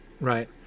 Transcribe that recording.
right